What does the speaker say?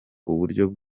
uburyo